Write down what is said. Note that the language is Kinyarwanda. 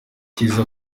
kiza